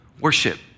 worship